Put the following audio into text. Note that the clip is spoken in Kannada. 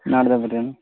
ನಾಡ್ದು ಬರಲಿ ಏನು